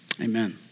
amen